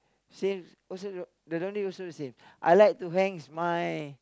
since also the the laundry also the same I like to hangs my